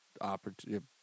opportunity